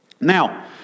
Now